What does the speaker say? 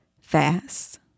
fast